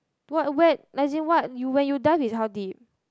what wet as in what you when you dive is how deep